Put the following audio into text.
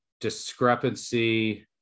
discrepancy